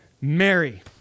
Mary